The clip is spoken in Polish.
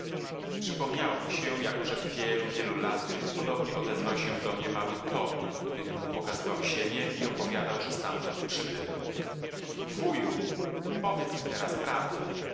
przypomniało mi się jak przed wielu wielu laty podobnie odezwał się do mnie mały tom gdym mu pokazywał ziemię i opowiadał że stamtąd przybyłem wuju powiedz mi teraz prawdę